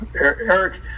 eric